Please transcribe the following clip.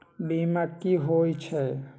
बीमा कि होई छई?